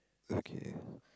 okay